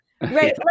right